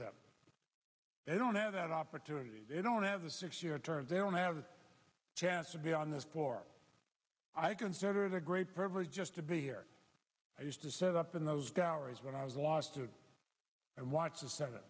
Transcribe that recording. that they don't have that opportunity they don't have a six year term they don't have a chance to be on the floor i consider it a great privilege just to be here i used to set up in those galleries when i was last to and watch the senate